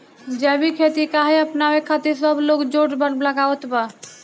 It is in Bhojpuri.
जैविक खेती काहे अपनावे खातिर सब लोग जोड़ लगावत बा?